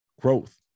growth